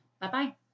Bye-bye